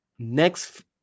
Next